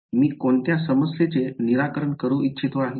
मी कोणत्या समस्येचे निराकरण करू इच्छित आहे